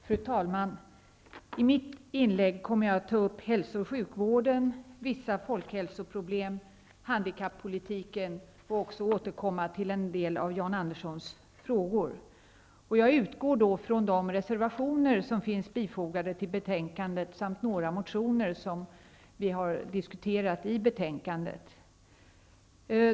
Fru talman! I mitt inlägg kommer jag att ta upp hälso och sjukvården, vissa folkhälsoproblem och handikappolitiken. Jag kommer även att återkomma till en del av Jan Anderssons frågor. Jag utgår från de reservationer som finns fogade till betänkandet samt från några motioner som vi har diskuterat i betänkandet.